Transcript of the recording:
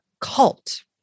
cult